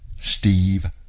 steve